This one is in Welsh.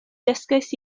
dysgais